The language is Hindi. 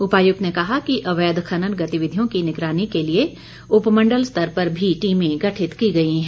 उपायुक्त ने कहा कि अवैध खनन गतिविधियों की निगरानी के लिए उपमण्डल स्तर पर भी टीमें गठित की गई हैं